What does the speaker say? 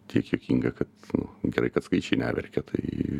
tiek juokinga kad gerai kad skaičiai neverkia tai